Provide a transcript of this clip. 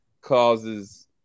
causes